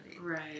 Right